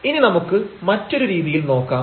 ഇനി നമുക്ക് മറ്റൊരു രീതിയിൽ നോക്കാം